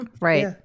Right